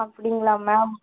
அப்படிங்களா மேம்